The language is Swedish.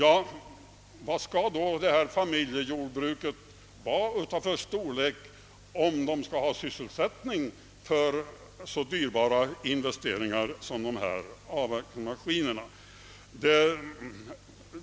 Av vilken storlek skall då familjejordbruket vara, om man skall få tillräcklig sysselsättning för en avverkningsmaskin med tanke på den dyrbara investering det här gäller?